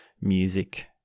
music